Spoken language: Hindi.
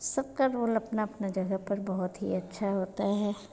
सबका रोल अपनी अपनी जगह पर बहुत ही अच्छा होता है